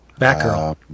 Batgirl